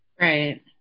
Right